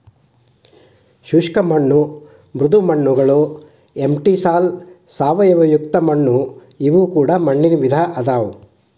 ಶುಷ್ಕ ಮಣ್ಣು ಮೃದು ಮಣ್ಣುಗಳು ಎಂಟಿಸಾಲ್ ಸಾವಯವಯುಕ್ತ ಮಣ್ಣು ಇವು ಕೂಡ ಮಣ್ಣಿನ ವಿಧ ಅದಾವು